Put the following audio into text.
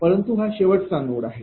परंतु हा शेवटचा नोड आहे